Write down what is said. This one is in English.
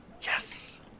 Yes